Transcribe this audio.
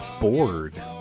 bored